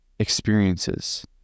experiences